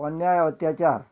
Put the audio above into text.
ଅନ୍ୟାୟ ଅତ୍ୟାଚାର୍